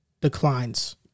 declines